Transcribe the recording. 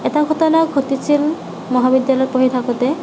এটা ঘটনা ঘটিছিল মহাবিদ্যালয়ত পঢ়ি থাকোতে